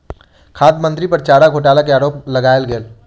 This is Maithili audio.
खाद्य मंत्री पर चारा घोटाला के आरोप लगायल गेल